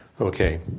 Okay